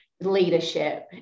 leadership